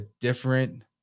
different